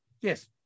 yes